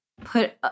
put